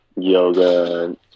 yoga